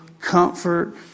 comfort